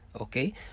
okay